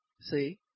see